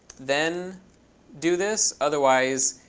then do this. otherwise,